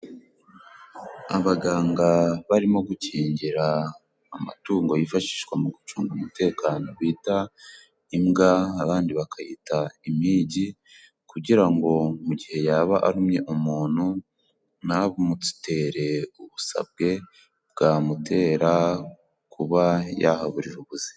Abaganga barimo gukingira amatungo yifashishwa mu gucunga umutekano bita imbwa abandi bakayita impigi, kugira ngo mu gihe yaba arumye umunu namutere ubusabwe bwamutera kuba yahaburira ubuzima.